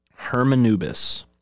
Hermanubis